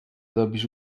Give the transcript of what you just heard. robisz